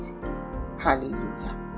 hallelujah